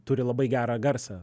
turi labai gerą garsą